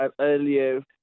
earlier